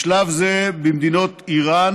בשלב זה, במדינות איראן